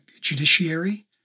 judiciary